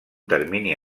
termini